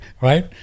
right